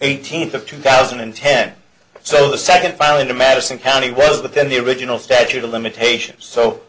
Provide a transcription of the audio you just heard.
eighteenth of two thousand and ten so the second filing to madison county was the then the original statute of limitations so